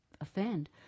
offend